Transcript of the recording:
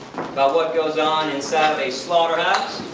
about what goes on inside of a slaughterhouse.